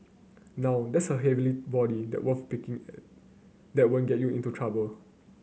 now that's a heavenly body that peeping that won't get you into trouble